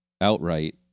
outright